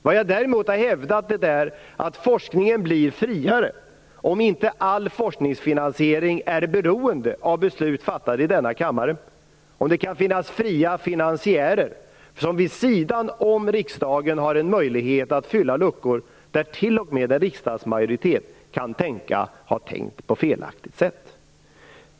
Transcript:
Vad jag däremot har hävdat är att forskningen blir friare om inte all forskningsfinansiering är beroende av beslut fattade i denna kammare, om det kan finnas fria finansiärer som vid sidan om riksdagen har en möjlighet att fylla luckor där t.o.m. riksdagsmajoritet kan tänkas ha tänkt på felaktigt sätt.